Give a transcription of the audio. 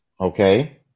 okay